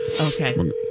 Okay